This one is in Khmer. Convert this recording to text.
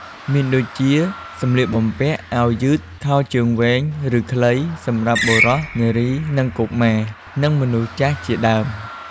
មានដូចជា សម្លៀកបំពាក់ អាវយឺត ខោជើងវែងឬខ្លី សម្រាប់បុរស នារី និងកុមារ និងមនុស្សចាស់ជាដើម។